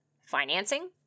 financing